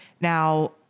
Now